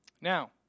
Now